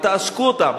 אל תעשקו אותם.